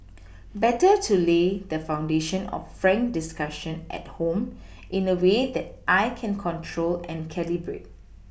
better to lay the foundation of frank discussion at home in a way that I can control and calibrate